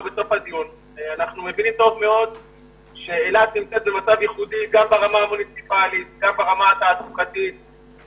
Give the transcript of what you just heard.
אנחנו מבינים את הייחוד של אילת מכל הבחינות שהועלו.